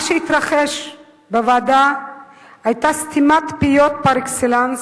מה שהתרחש בוועדה היה סתימת פיות פר-אקסלנס